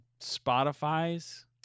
Spotify's